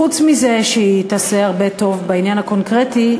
חוץ מזה שהיא תעשה הרבה טוב בעניין הקונקרטי,